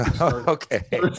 Okay